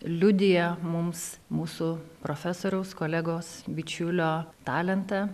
liudija mums mūsų profesoriaus kolegos bičiulio talentą